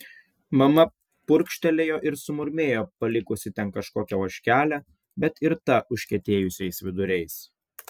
mama purkštelėjo ir sumurmėjo palikusi ten kažkokią ožkelę bet ir tą užkietėjusiais viduriais